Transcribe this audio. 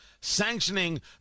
sanctioning